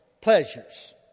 pleasures